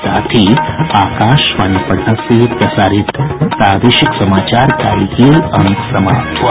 इसके साथ ही आकाशवाणी पटना से प्रसारित प्रादेशिक समाचार का ये अंक समाप्त हुआ